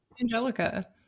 Angelica